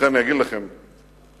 אגיד לכם